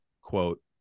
quote